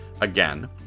Again